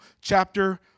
chapter